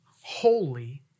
holy